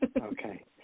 Okay